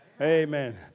Amen